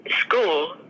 School